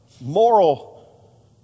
moral